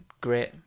great